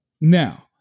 Now